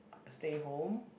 stay home